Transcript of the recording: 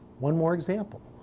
one more example.